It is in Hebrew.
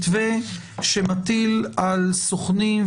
מתווה שמטיל על סוכנים,